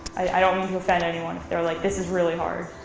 i don't want to offend anyone, if they're like, this is really hard.